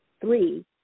three